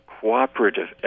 cooperative